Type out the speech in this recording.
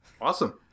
Awesome